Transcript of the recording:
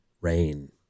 Rain